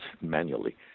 manually